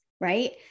right